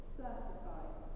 certified